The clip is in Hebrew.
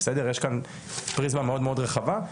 יש כאן פריזמה מאוד מאוד רחבה.